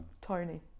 Tony